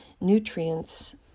nutrients